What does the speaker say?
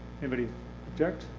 anybody object?